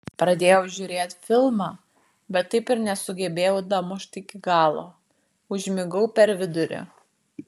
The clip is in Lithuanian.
pradėjau žiūrėt filmą bet taip ir nesugebėjau damušt iki galo užmigau per vidurį